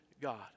God